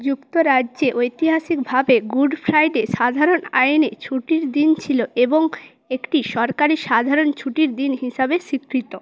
যুক্তরাজ্যে ঐতিহাসিকভাবে good Friday সাধারণ আইনে ছুটির দিন ছিল এবং একটি সরকারি সাধারণ ছুটির দিন হিসাবে স্বীকৃত